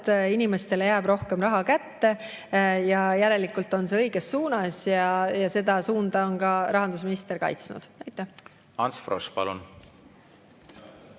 inimestele jääb rohkem raha kätte. Järelikult on see õiges suunas ja seda suunda on ka rahandusminister kaitsnud. Aitäh!